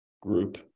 group